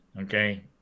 okay